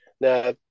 Now